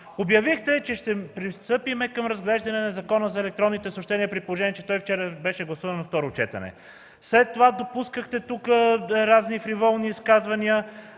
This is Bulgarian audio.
Обявихте, че ще пристъпим към разглеждане на Закона за електронните съобщения, при положение че той вчера беше гласуван на второ четене, след това допускахте тук разни фриволни изказания.